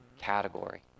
category